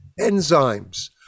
enzymes